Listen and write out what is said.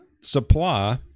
supply